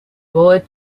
poet